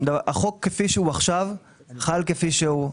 כפי שהוא עכשיו חל כפי שהוא.